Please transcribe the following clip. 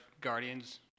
Guardians